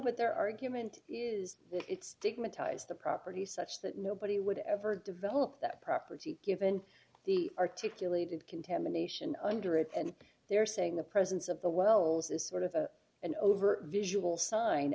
what their argument is it stigmatised the property such that nobody would ever develop that property given the articulated contamination under it and they're saying the presence of the wells is sort of an over visual sign